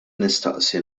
nistaqsi